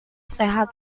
sehat